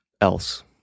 else